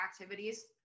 activities